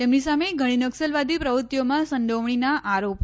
તેમની સામે ઘણી નક્સલવાદી પ્રવૃત્તિઓમાં સંડોવણીનાં આરોપ છે